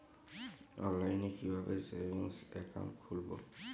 অনলাইনে কিভাবে savings account খুলবো?